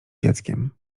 dzieckiem